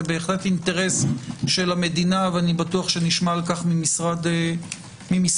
זה בהחלט אינטרס של המדינה ואני בטוח שנשמע על כך ממשרד המשפטים.